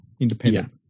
Independent